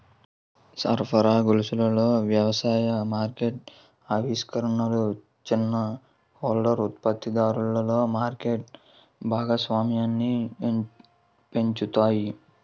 సరఫరా గొలుసులలో ఏ వ్యవసాయ మార్కెట్ ఆవిష్కరణలు చిన్న హోల్డర్ ఉత్పత్తిదారులలో మార్కెట్ భాగస్వామ్యాన్ని పెంచుతాయి?